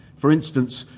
for instance,